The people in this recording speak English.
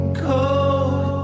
cold